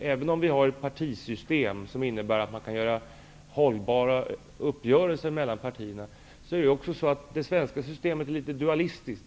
Även om vi har ett partisystem som gör att partierna kan träffa hållbara uppgörelser med varandra, så är det svenska systemet litet dualistiskt.